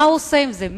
מה הוא עושה עם זה?